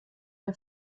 der